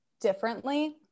differently